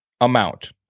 amount